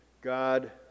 God